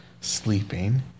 sleeping